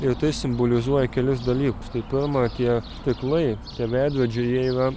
ir tai simbolizuoja kelis dalykus tai pirma tie stiklai tie veidrodžiai jie yra